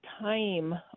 time